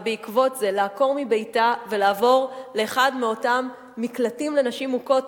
ובעקבות זה לעקור מביתה ולעבור לאחד מאותם מקלטים לנשים מוכות